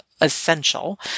essential